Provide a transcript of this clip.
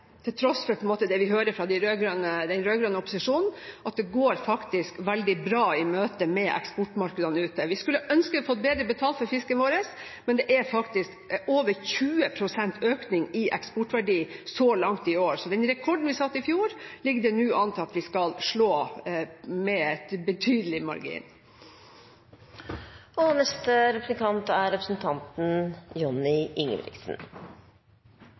til tross for det vi hører fra den rød-grønne opposisjonen – at det faktisk går veldig bra i møte med eksportmarkedene ute. Vi skulle ønske vi hadde fått bedre betalt for fisken vår, men det er faktisk over 20 pst. økning i eksportverdien så langt i år, så den rekorden vi satte i fjor, ligger det nå an til at vi skal slå med betydelig margin. Torskebestanden i Barentshavet er